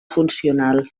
funcional